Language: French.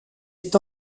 est